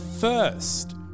first